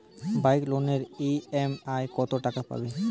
Bike লোনের EMI কত টাকা পড়বে?